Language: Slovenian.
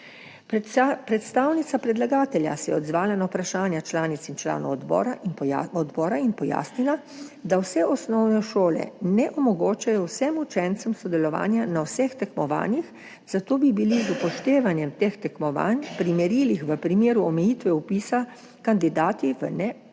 Predstavnica predlagatelja se je odzvala na vprašanja članic in članov odbora in pojasnila, da vse osnovne šole ne omogočajo vsem učencem sodelovanja na vseh tekmovanjih, zato bi bili z upoštevanjem teh tekmovanj pri merilih v primeru omejitve vpisa kandidati v neenakopravnem